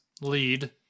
lead